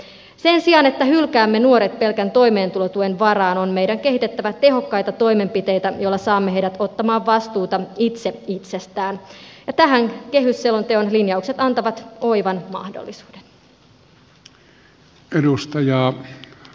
sen sijaan että hylkäämme nuoret pelkän toimeentulotuen varaan on meidän kehitettävä tehokkaita toimenpiteitä joilla saamme heidät ottamaan vastuuta itse itsestään ja tähän kehysselonteon linjaukset antavat oivan mahdollisuuden